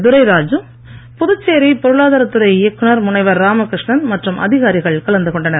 துரை ராஜூ புதுச்சேரி பொருளாதாரத்துறை இயக்குனர் முனைவர் ராமகிருஷ்ணன் மற்றும் அதிகாரிகள் கலந்து கொண்டனர்